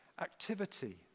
activity